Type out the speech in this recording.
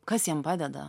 kas jiem padeda